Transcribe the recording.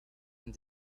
and